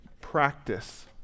practice